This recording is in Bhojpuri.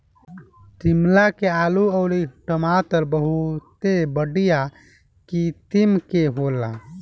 शिमला के आलू अउरी टमाटर बहुते बढ़िया किसिम के होला